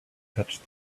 touched